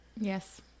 Yes